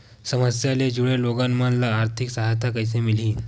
समस्या ले जुड़े लोगन मन ल आर्थिक सहायता कइसे मिलही?